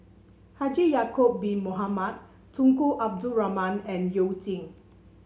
Haji Ya'acob Bin Mohamed Tunku Abdul Rahman and You Jin